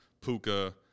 Puka